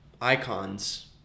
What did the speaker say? icons